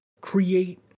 create